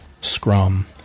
scrum